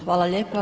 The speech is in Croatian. Hvala lijepa.